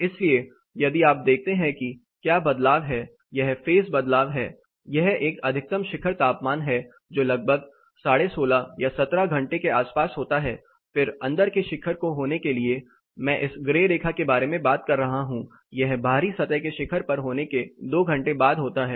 इसलिए यदि आप देखते हैं कि क्या बदलाव है यह फेज़ बदलाव है यह एक अधिकतम शिखर तापमान है जो लगभग 165 या 17 घंटे के आसपास होता है फिर अंदर के शिखर को होने के लिए मैं इस ग्रे रेखा के बारे में बात कर रहा हूं यह बाहरी सतह के शिखर पर होने के 2 घंटे बाद होता है